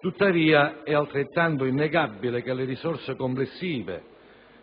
tuttavia è altrettanto innegabile che le risorse complessive